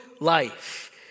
life